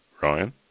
Ryan